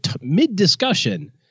mid-discussion